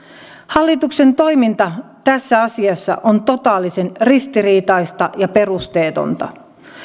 hallituksen toiminta tässä asiassa on totaalisen ristiriitaista ja perusteetonta